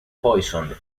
poison